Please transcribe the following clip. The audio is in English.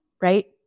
right